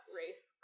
race